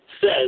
says